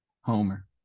Homer